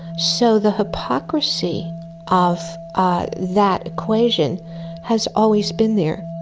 so the hypocrisy of that equation has always been there.